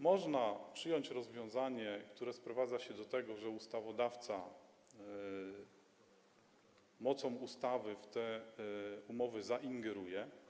Można przyjąć rozwiązanie, które sprowadza się do tego, że ustawodawca mocą ustawy w te umowy zaingeruje.